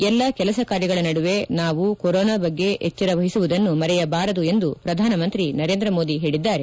ಎಲ್ಲ ಕೆಲಸ ಕಾರ್ಯಗಳ ನಡುವೆ ನಾವು ಕೊರೋನಾ ಬಗ್ಗೆ ಎಚ್ಚರ ವಹಿಸುವುದನ್ನು ಮರೆಯಬಾರದು ಎಂದು ಪ್ರಧಾನಮಂತ್ರಿ ನರೇಂದ್ರ ಮೋದಿ ಹೇಳಿದ್ದಾರೆ